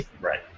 Right